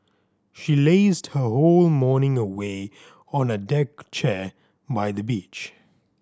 she lazed her whole morning away on a deck chair by the beach